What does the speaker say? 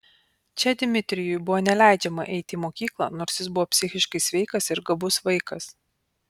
čia dmitrijui buvo neleidžiama eiti į mokyklą nors jis buvo psichiškai sveikas ir gabus vaikas